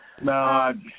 No